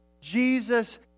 Jesus